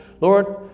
Lord